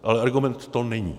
Ale argument to není.